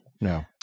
No